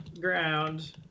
ground